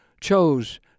chose